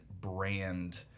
brand